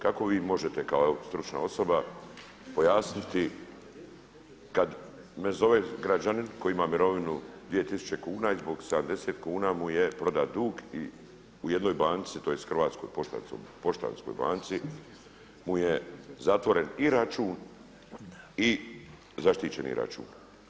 Kako vi možete kao stručna osoba pojasniti kad me zove građanin koji ima mirovinu 2000 kuna i zbog 70 kuna mu je prodat dug u jednoj banci, tj. Hrvatskoj poštanskoj banci mu je zatvoren i račun i zaštićeni račun.